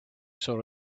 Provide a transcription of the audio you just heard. saw